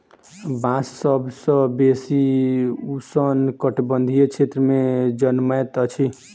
बांस सभ सॅ बेसी उष्ण कटिबंधीय क्षेत्र में जनमैत अछि